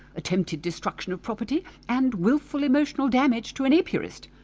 attempted destruction of property and wilful emotional damage to an apiarist.